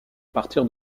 partir